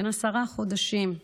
בן עשרה חודשים,